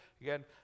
Again